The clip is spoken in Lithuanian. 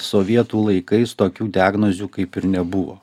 sovietų laikais tokių diagnozių kaip ir nebuvo